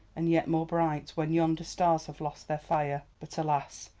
and yet more bright, when yonder stars have lost their fire. but alas!